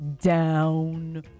Down